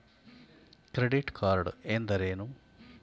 Credit card ಎಂದರೇನು?